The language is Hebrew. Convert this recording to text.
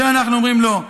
על זה אנחנו אומרים: לא,